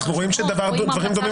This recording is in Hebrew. אנחנו רואים שיש גם ויכוחים בעולם,